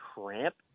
cramp